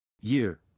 year